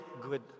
good